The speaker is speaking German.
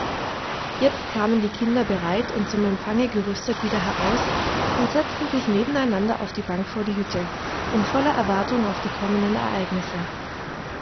jetzt kamen die kinder bereit und zum empfange gerüstet wieder heraus und setzten sich nebeneinander auf die bank vor die hütte in voller erwartung auf die kommenden ereignisse